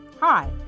Hi